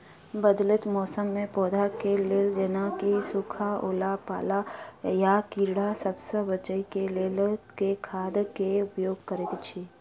बदलैत मौसम मे पौधा केँ लेल जेना की सुखा, ओला पाला, आ कीड़ा सबसँ बचबई केँ लेल केँ खाद केँ उपयोग करऽ छी?